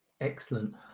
Excellent